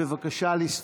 בבקשה לספור.